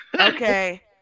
Okay